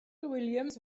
williams